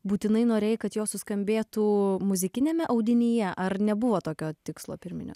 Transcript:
būtinai norėjai kad jos suskambėtų muzikiniame audinyje ar nebuvo tokio tikslo pirminio